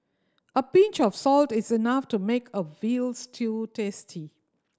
a pinch of salt is enough to make a veal stew tasty